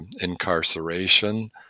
incarceration